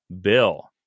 Bill